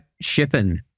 shipping